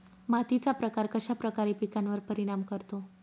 मातीचा प्रकार कश्याप्रकारे पिकांवर परिणाम करतो?